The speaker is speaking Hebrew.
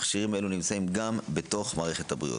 מכשירים אלו נמצאים גם בתוך מערכת הבריאות.